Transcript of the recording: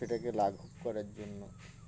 সেটাকে লাঘব করার জন্য